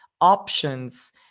options